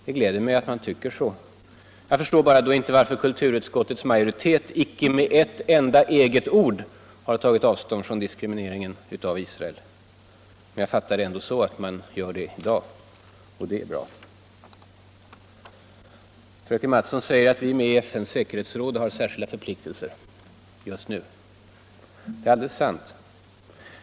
Det gläder mig att man tycker så. Jag förstår då bara inte varför kulturutskottets majoritet inte med ett enda eget ord har kritiserat diskrimineringen av Israel. Men jag fattar det ändå så att man gör det i dag. Det är bra. Fröken Mattson säger att vi är med i FN:s säkerhetsråd och har särskilda förpliktelser just därför. Det är sant.